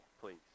please